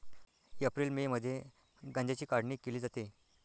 April May मध्ये गांजाची काढणी केली जाते